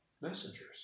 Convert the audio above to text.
messengers